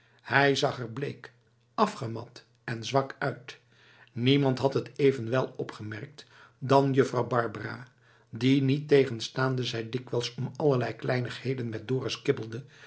hij zag er bleek afgemat en zwak uit niemand had t evenwel opgemerkt dan juffrouw barbara die niettegenstaande zij dikwijls om allerlei kleinigheden met dorus kibbelde